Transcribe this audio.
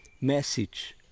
message